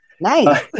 Nice